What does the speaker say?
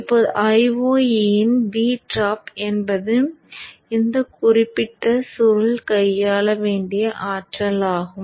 இப்போது Io இன் V drop என்பது இந்த குறிப்பிட்ட சுருள் கையாள வேண்டிய ஆற்றல் ஆகும்